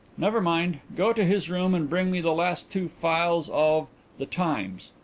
never mind. go to his room and bring me the last two files of the times.